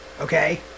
Okay